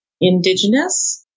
Indigenous